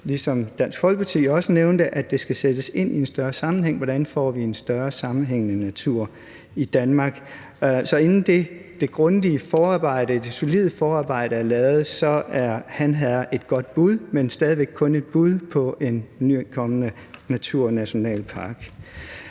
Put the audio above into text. ligesom Dansk Folkeparti også nævnte, at det skal sættes ind i en større sammenhæng, i forhold til hvordan vi får en mere sammenhængende natur i Danmark. Så inden det grundige og solide forarbejde er lavet, er Han Herred et godt bud, men stadig væk kun et bud på en ny, kommende naturnationalpark.